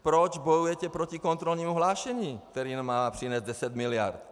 Proč bojujete proti kontrolnímu hlášení, které má přinést 10 miliard?